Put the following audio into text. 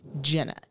jenna